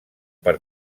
per